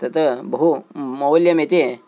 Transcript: तत् बहु मौल्यमिति